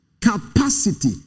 capacity